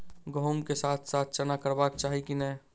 गहुम केँ साथ साथ चना करबाक चाहि की नै?